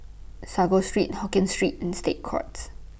Sago Street Hokkien Street and State Courts